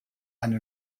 eine